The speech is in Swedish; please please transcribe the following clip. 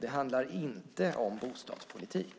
Det handlar inte om bostadspolitik.